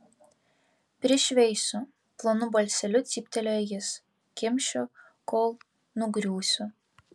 prišveisiu plonu balseliu cyptelėjo jis kimšiu kol nugriūsiu